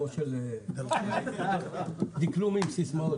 דקלומים, סיסמאות.